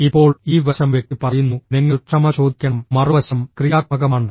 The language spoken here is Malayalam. ഇപ്പോൾ ഈ വശം വ്യക്തി പറയുന്നു നിങ്ങൾ ക്ഷമ ചോദിക്കണം മറുവശം ക്രിയാത്മകമാണ്